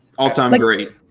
all time great.